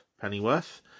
Pennyworth